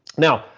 now,